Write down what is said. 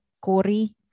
Corey